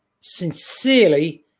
sincerely